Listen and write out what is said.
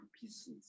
pieces